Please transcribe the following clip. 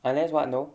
unless what no